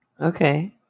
Okay